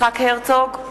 יצחק הרצוג,